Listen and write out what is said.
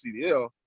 CDL